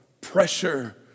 pressure